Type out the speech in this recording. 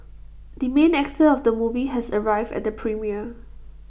the main actor of the movie has arrived at the premiere